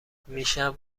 میشم